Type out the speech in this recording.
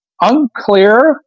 unclear